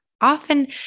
often